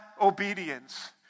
obedience